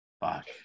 Fuck